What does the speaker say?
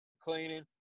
cleaning